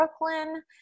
Brooklyn